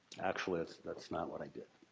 actually, that's that's not what i did.